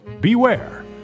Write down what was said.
Beware